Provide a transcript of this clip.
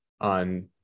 on